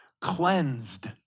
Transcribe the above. cleansed